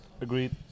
Agreed